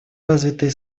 развитые